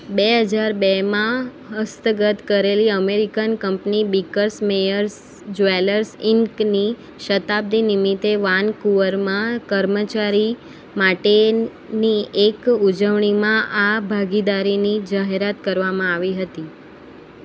બે હજાર બેમાં હસ્તગત કરેલી American company Birks Mayors Jewellers ઈન્કની શતાબ્દી નિમિત્તે વાનકુવરમાં કર્મચારી માટેની એક ઉજવણીમાં આ ભાગીદારીની જાહેરાત કરવામાં આવી હતી